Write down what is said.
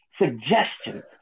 suggestions